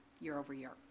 year-over-year